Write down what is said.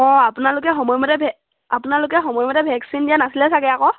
অঁ আপোনালোকে সময় মতে ভে আপোনালোকে সময় মতে ভেকচিন দিয়া নাছিলে চাগৈ আকৌ